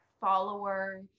follower